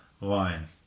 line